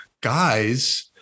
guys